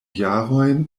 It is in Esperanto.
jarojn